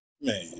Man